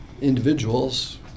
individuals